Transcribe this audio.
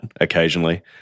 occasionally